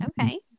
okay